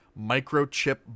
microchip